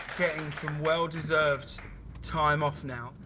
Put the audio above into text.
getting some well deserved time off now.